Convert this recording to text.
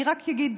אני רק אגיד